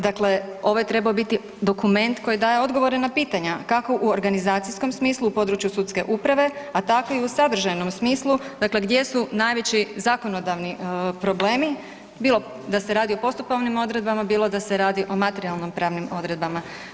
Dakle, ovo je trebao biti dokument koji daje odgovore na pitanja, kako u organizacijskom smislu u području sudske uprave, a tako i u sadržajnom smislu, dakle gdje su najveći zakonodavni problemi, bilo da se radi o postupovnim odredbama, bilo da se radi o materijalno pravnim odredbama.